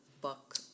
book